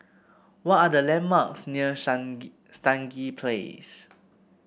what are the landmarks near Stangee Place